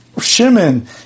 Shimon